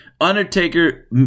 undertaker